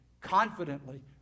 confidently